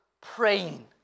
praying